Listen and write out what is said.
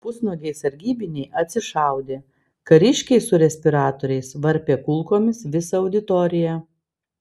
pusnuogiai sargybiniai atsišaudė kariškiai su respiratoriais varpė kulkomis visą auditoriją